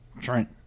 Trent